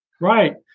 Right